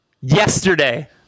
yesterday